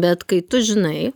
bet kai tu žinai